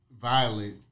violent